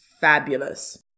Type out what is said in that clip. fabulous